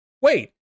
Wait